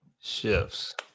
shifts